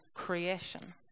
creation